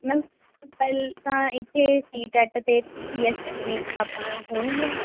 ma'am ਪਹਿਲਾਂ ਇੱਥੇ CTET ਅਤੇ ਪੀਐਸਟੈਟ ਦੀਆਂ ਕਿਤਾਬਾਂ ਹੋਣਗੀਆਂ